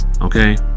Okay